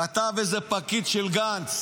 כתב איזה פקיד של גנץ